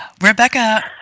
Rebecca